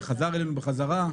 וחזר אלינו בחזרה.